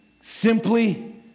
Simply